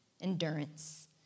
endurance